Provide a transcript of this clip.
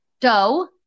dough